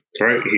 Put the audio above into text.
right